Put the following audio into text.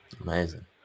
Amazing